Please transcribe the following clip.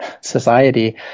society